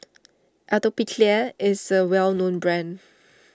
Atopiclair is a well known brand